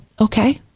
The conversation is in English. Okay